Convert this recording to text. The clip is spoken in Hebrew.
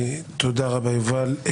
תודה רבה, יובל.